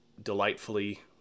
delightfully